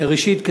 ראשית,